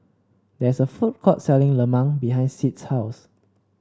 there is a food court selling Lemang behind Sid's house